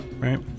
Right